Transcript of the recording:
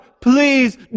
please